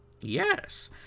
Yes